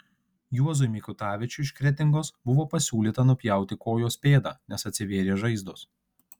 juozui mikutavičiui iš kretingos buvo pasiūlyta nupjauti kojos pėdą nes atsivėrė žaizdos